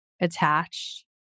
attached